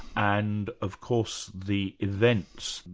and of course the events,